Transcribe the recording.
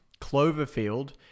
Cloverfield